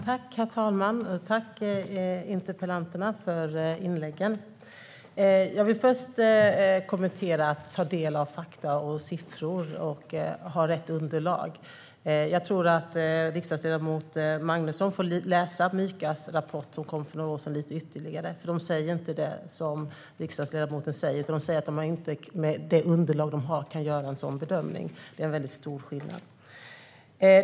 Herr talman! Jag tackar debattörerna i interpellationsdebatten för inläggen. Jag vill först kommentera det som sas om att ta del av fakta och siffror och att ha rätt underlag. Jag tror att riksdagsledamot Magnusson får läsa Mykas rapport som kom för några år sedan lite ytterligare. De säger inte det som riksdagsledamoten säger. De säger att de med det underlag de har inte kan göra en sådan bedömning. Det är en väldigt stor skillnad.